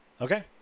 Okay